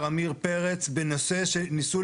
אבל